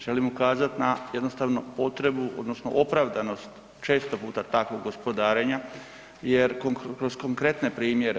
Želim ukazati na jednostavnu potrebu odnosno opravdanost često puta takvog gospodarenja jer kroz konkretne primjere.